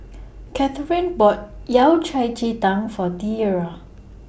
Kathrine bought Yao Cai Ji Tang For Tiera